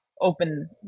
open